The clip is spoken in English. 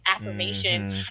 affirmation